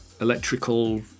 electrical